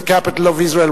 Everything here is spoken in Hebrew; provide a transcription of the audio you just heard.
the capital of Israel,